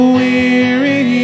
weary